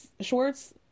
Schwartz